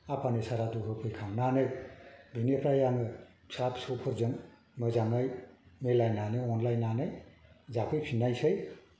आफानि सारादु होफैखांनानै बेनिफ्राय आङो फिसा फिसौफोरजों मोजाङै मिलायनानै अनलायनानै जाफैफिननायसै